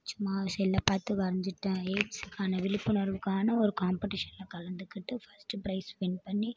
சும்மா செல்லை பார்த்து வரைஞ்சிட்டேன் எயிட்ஸுக்கான விழிப்புணர்வுக்கான ஒரு காம்பட்டிஷனில் கலந்துக்கிட்டு ஃபஸ்ட்டு பிரைஸ் வின் பண்ணி